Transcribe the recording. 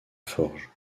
forge